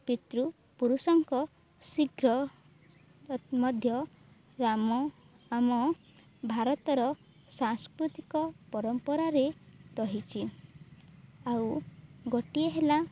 ପିତୃପୁରୁଷଙ୍କ ଶୀଘ୍ର ମଧ୍ୟ ରାମ ଆମ ଭାରତର ସାଂସ୍କୃତିକ ପରମ୍ପରାରେ ରହିଛି ଆଉ ଗୋଟିଏ ହେଲା